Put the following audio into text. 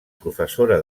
professora